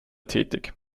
tätig